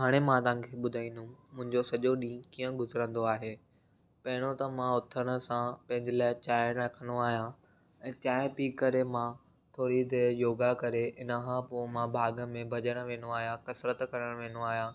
हाणे मां तव्हांखे ॿुधाईंदुमि मुंहिंजो सॼो ॾींहुं कीअं गुज़रंदो आहे पहिरियों त मां उथण सां पंहिंजे लाइ चांहि रखंदो आहियां ऐं चांहि पी करे मां थोरी देरि योगा करे इनखां पोइ मां बाग़ में भॼणु वेंदो आहियां कसरत करणु वेंदो आहियां